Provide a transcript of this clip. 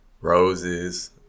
Roses